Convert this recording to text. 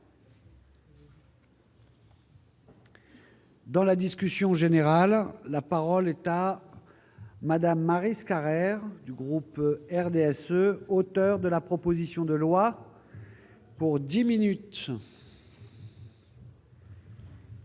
Dans la discussion générale, la parole est à madame Maryse Carrère du groupe RDSE, auteur de la proposition de loi pour 10 minutes.